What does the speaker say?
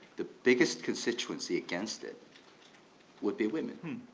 the biggest constituency against it would be women.